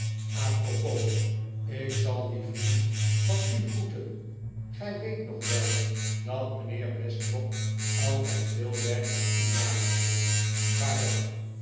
propos ik zal dien vriend van u groeten gij weet nog wel dat mijnheer westlock altijd veel werk van u maakte vaarwel